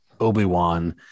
Obi-Wan